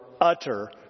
utter